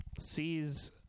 sees